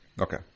Okay